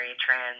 trans